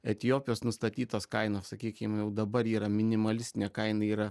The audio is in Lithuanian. etiopijos nustatytos kainos sakykim jau dabar yra minimalistinė kaina yra